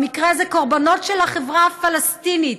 במקרה הזה קורבנות של החברה הפלסטינית,